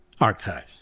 Archives